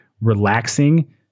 relaxing